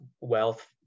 wealth